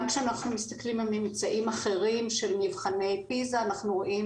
גם כשאנחנו מסתכלים על ממצאים אחרים של מבחני פיז"ה אנחנו רואים